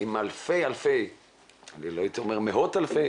אלפי ולא הייתי אומר מאות אלפי,